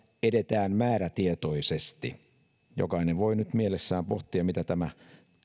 edetään määrätietoisesti jokainen voi nyt mielessään pohtia mitä tämä